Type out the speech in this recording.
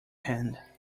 hand